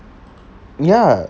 ya